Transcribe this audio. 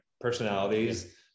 personalities